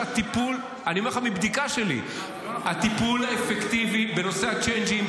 מבדיקה שלי: הטיפול האפקטיבי בנושא הצ'יינג'ים,